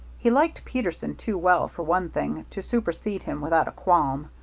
he liked peterson too well, for one thing, to supersede him without a qualm.